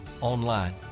online